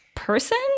person